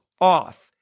off